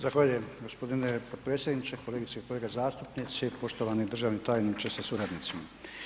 Zahvaljujem g. potpredsjedniče, kolegice i kolege zastupnici, poštovani državni tajniče sa suradnicima.